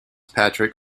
patrick